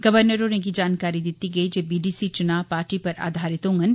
governor होरें गी जानकारी दित्ती गेई जे बीडीसी चुनां पार्टी पर आधारित होंगन